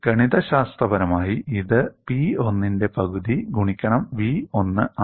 ഗണിതശാസ്ത്രപരമായി ഇത് P1 ന്റെ പകുതി ഗുണിക്കണം v1 ആണ്